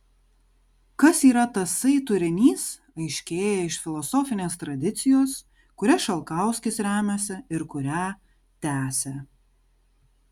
kas yra tasai turinys aiškėja iš filosofinės tradicijos kuria šalkauskis remiasi ir kurią tęsia